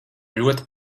ļoti